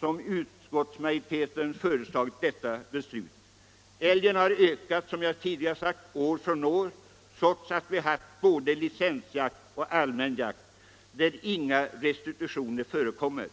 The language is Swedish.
som utskottsmajoriteten har föreslagit detta. Stammen har, som jag har sagt tidigare, ökat år från år trots att vi har haft både licensjakt och allmän jakt utan några restriktioner.